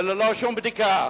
ללא שום בדיקה.